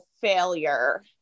failure